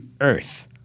earth